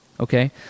Okay